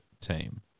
team